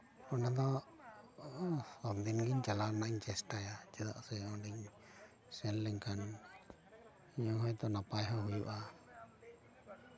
ᱚᱱᱟ ᱫᱚ ᱥᱚᱵᱽ ᱫᱤᱱ ᱜᱮ ᱪᱟᱞᱟᱜ ᱨᱮᱱᱟᱜ ᱤᱧ ᱪᱮᱥᱴᱟᱭᱟ ᱪᱮᱫᱟᱜ ᱥᱮ ᱚᱸᱰᱮᱧ ᱥᱮᱱ ᱞᱮᱱ ᱠᱷᱟᱱ ᱱᱚᱣᱟ ᱦᱚᱭᱛᱚ ᱱᱟᱯᱟᱭ ᱦᱚᱸ ᱦᱩᱭᱩᱜᱼᱟ